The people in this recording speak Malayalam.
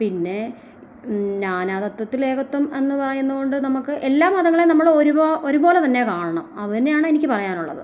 പിന്നെ നാനാ തത്വത്തിൽ ഏകത്വം എന്ന് പറയുന്നത് കൊണ്ട് നമുക്ക് എല്ലാ മതങ്ങളെയും നമ്മൾ ഒരുപോ ഒരുപോലെതന്നെ കാണണം അത് തന്നെയാണ് എനിക്ക് പറയാനുള്ളത്